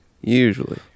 usually